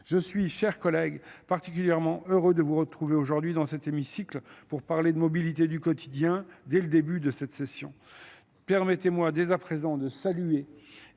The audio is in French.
Je suis, chers collègues, particulièrement heureux de vous retrouver aujourd'hui dans cet hémicycle pour parler de mobilité du quotidien dès le début de cette Permettez moi, dès à présent de saluer